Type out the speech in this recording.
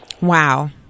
Wow